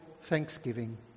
thanksgiving